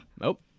Nope